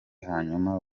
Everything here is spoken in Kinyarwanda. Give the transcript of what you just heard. hanyuma